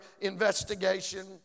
investigation